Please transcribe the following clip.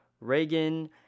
Reagan